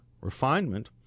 refinement